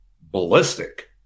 ballistic